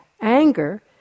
anger